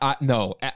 No